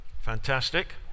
Fantastic